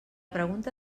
pregunta